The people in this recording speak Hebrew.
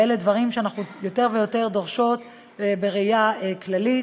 ואלה דברים שאנחנו יותר ויותר דורשות בראייה כללית.